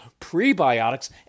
prebiotics